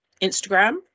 Instagram